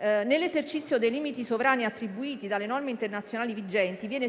Nell'esercizio dei limiti sovrani attribuiti dalle norme internazionali vigenti, viene